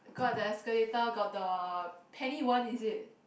got that escalator got the Penny Won is it